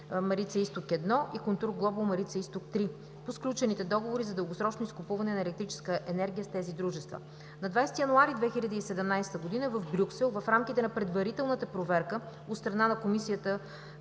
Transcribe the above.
Марица изток 1“ и „КонтурГлобал Марица изток 3“ по сключените договори за дългосрочно изкупуване на електрическа енергия с тези дружества. На 20 януари 2017 г. в Брюксел в рамките на предварителната проверка от страна на Комисията